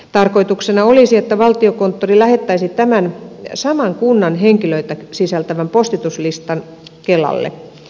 tarkoituksena olisi että valtiokonttori lähettäisi tämän saman kunnan henkilöitä sisältävän postituslistan kelalle